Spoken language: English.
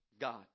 God